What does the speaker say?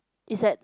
it's at